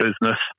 business